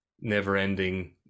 never-ending